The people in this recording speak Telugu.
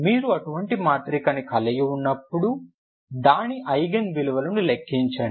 మీరు అటువంటి మాత్రికను కలిగి వున్నపుడు దాని ఐగెన్ విలువలను లెక్కించండి